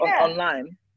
online